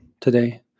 today